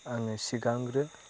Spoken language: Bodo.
आङो सिगांग्रो